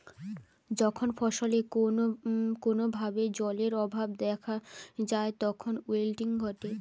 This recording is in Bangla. যখন ফসলে কোনো ভাবে জলের অভাব দেখাত যায় তখন উইল্টিং ঘটে